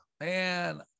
man